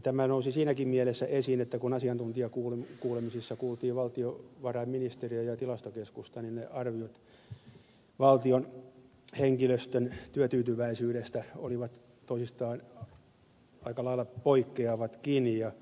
tämä nousi siinäkin mielessä esiin että kun asiantuntijakuulemisissa kuultiin valtiovarainministeriötä ja tilastokeskusta niin ne arviot valtion henkilöstön työtyytyväisyydestä olivat toisistaan aika lailla poikkeavatkin